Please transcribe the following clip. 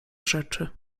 rzeczy